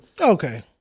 Okay